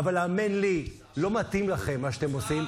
האמן לי, לא מתאים לכם, מה שאתם עושים.